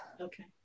Okay